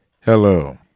Hello